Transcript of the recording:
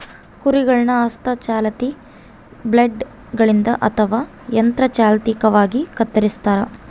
ಕುರಿಗಳನ್ನು ಹಸ್ತ ಚಾಲಿತ ಬ್ಲೇಡ್ ಗಳಿಂದ ಅಥವಾ ಯಂತ್ರ ಚಾಲಿತವಾಗಿ ಕತ್ತರಿಸ್ತಾರ